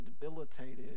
debilitated